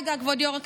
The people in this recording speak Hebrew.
רגע, כבוד היו"ר.